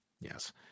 Yes